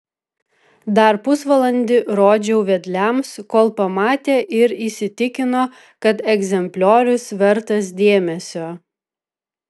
dar pusvalandį rodžiau vedliams kol pamatė ir įsitikino kad egzempliorius vertas dėmesio